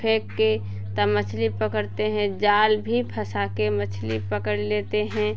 fake के तब मछली पकड़ते हैं जाल भी फँसा के मछली पकड़ लेते हैं